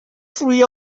three